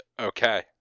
Okay